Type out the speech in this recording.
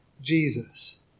Jesus